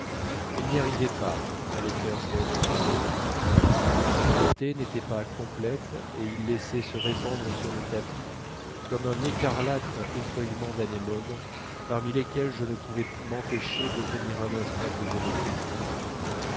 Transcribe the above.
elle n'arrivait pas à les faire joindre exactement l'obscurité n'était pas complète et ils laissaient se répandre sur le tapis comme un écarlate effeuillement d'anémones parmi lesquelles je ne pouvais m'empêcher de venir un instant poser mes pieds nus